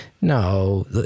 No